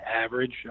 average